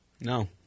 No